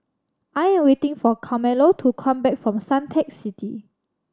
I am waiting for Carmelo to come back from Suntec City